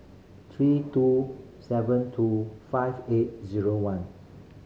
three two seven two five eight zero one